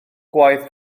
gwaith